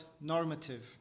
normative